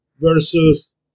versus